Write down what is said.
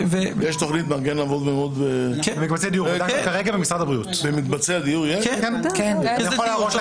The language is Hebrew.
כן, רק שבמציאות הנוכחית